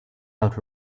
out